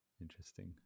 Interesting